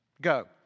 Go